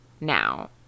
now